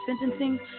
sentencing